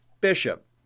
bishop